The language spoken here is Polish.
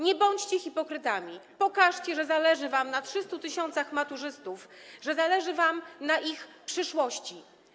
Nie bądźcie hipokrytami, pokażcie, że zależy wam na 300 tys. maturzystów, że zależy wam na ich przyszłości.